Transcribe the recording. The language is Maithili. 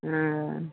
हँ